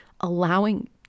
allowing